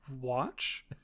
watch